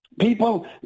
people